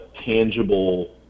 tangible